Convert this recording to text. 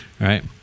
right